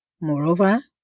Moreover